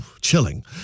chilling